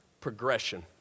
progression